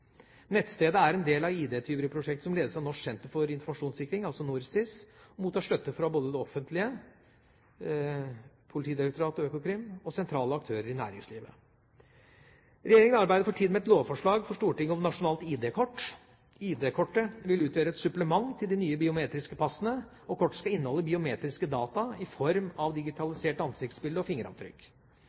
Nettstedet er en del av ID-tyveriprosjektet, som ledes av Norsk senter for informasjonssikring, NorSIS, og mottar støtte fra både det offentlige, Politidirektoratet og Økokrim, og fra sentrale aktører i næringslivet. Regjeringa arbeider for tida med et lovforslag for Stortinget om nasjonalt ID-kort. ID-kortet vil utgjøre et supplement til de nye biometriske passene, og kortet skal inneholde biometriske data i form av digitalisert ansiktsbilde og fingeravtrykk.